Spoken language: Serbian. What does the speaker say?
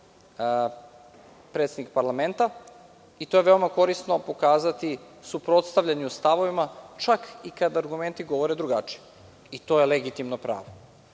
predsednik parlamenta i to je veoma korisno pokazati u suprotstavljanju stavovima, čak i kada argumenti govore drugačije. To je legitimno pravo.